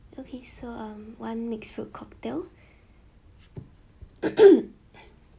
okay so um one mixed fruit cocktail